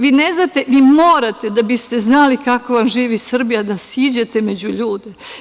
Vi morate, da biste znali kako vam živi Srbija, da siđete među ljude.